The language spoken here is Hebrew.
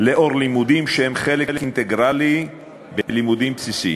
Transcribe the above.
לאור לימודים שהם חלק אינטגרלי בלימודים בסיסיים.